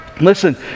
listen